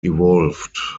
evolved